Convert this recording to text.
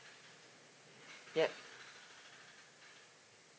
yup